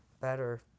better